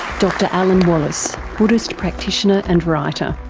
dr alan wallace, buddhist practitioner and writer.